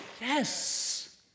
Yes